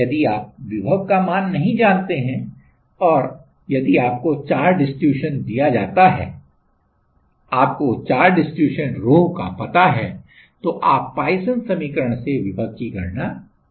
यदि आप विभव का मान नहीं जानते हैं और यदि आपको चार्ज डिस्ट्रीब्यूशन दिया जाता है आपको चार्ज डिस्ट्रीब्यूशन rho का पता है तो आप पॉइसन समीकरण से विभव की गणना कर सकते हैं